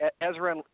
Ezra